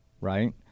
right